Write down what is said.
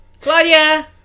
Claudia